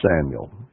Samuel